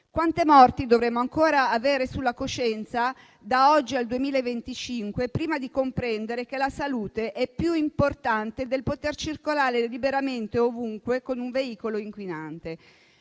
Quante morti dovremo ancora avere sulla coscienza, da oggi al 2025, prima di comprendere che la salute è più importante della possibilità di circolare liberamente e ovunque con un veicolo inquinante?